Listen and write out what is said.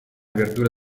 verdure